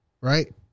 right